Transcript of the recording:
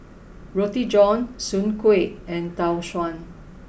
Roti John Soon Kuih and Tau Suan